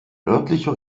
örtlicher